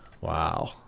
Wow